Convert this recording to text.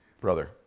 Brother